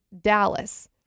Dallas